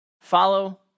Follow